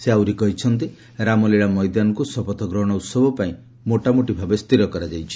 ସେ ଆହୁରି କହିଛନ୍ତି ରାମଲୀଳା ମଇଦାନକୁ ଶପଥଗ୍ରହଣ ଉତ୍ସବ ପାଇଁ ମୋଟାମୋଟି ଭାବେ ସ୍ଥିର କରାଯାଇଛି